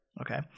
Okay